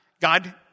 God